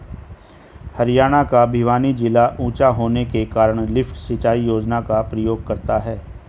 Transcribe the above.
हरियाणा का भिवानी जिला ऊंचा होने के कारण लिफ्ट सिंचाई योजना का प्रयोग करता है